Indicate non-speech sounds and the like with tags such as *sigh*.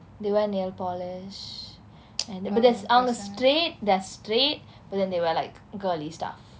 they wear nail polish *noise* but that's அவங்க:avnga straight they're straight but then they wear like girly stuff